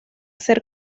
ser